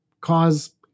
cause